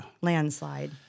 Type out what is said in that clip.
landslide